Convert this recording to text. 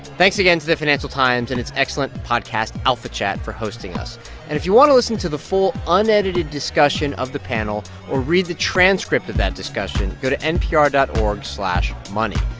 thanks again to the financial times and its excellent podcast alphachat for hosting us. and if you want to listen to the full, unedited discussion of the panel or read the transcript of that discussion, go to npr dot org slash money.